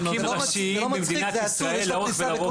עורקים ראשיים במדינת ישראל לאורך ולרוחב.